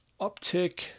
uptick